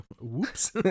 Whoops